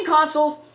consoles